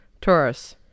Taurus